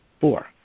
Four